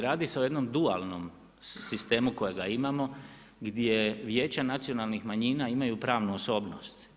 Radi se o jednom dualnom sistemu kojega imamo gdje Vijeća nacionalnih manjina imaju pravnu osobnost.